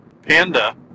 Panda